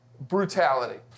brutality